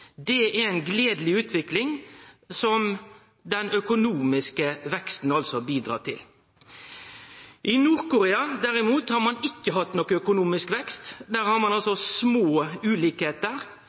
Det er ei gledeleg utvikling, som den økonomiske veksten har bidratt til. I Nord-Korea derimot har ein ikkje hatt ein økonomisk vekst. Der har ein små